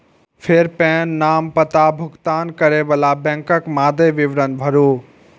फेर पेन, नाम, पता, भुगतान करै बला बैंकक मादे विवरण भरू